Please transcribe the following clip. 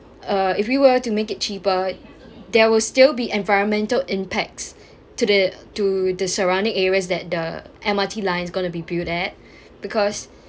uh if we were to make it cheaper there will still be environmental impacts to the to the surrounding areas that the M_R_T line's gonna be build at because